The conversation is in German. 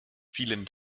vielen